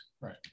Right